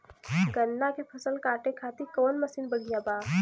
गन्ना के फसल कांटे खाती कवन मसीन बढ़ियां बा?